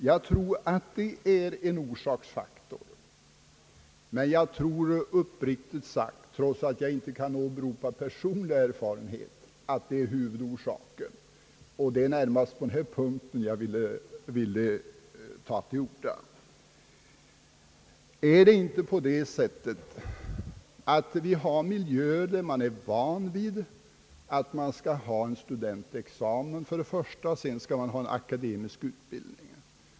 Själv tror jag — trots att jag inte kan åberopa personlig er farenhet — att detta inte är huvudorsaken, och det är närmast på den punkten som jag vill säga några ord. Är det inte så att vi har miljöer, där traditionen är att sönerna och döttrarna först skall ta studentexamen och därefter få en akademisk utbildning.